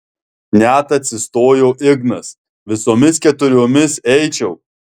net atsistojo ignas visomis keturiomis eičiau